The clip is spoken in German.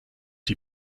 die